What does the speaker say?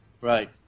right